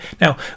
Now